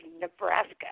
Nebraska